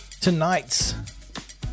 tonight's